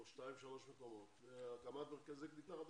שניים-שלושה מקומות להקמת מרכזי קליטה חדשים.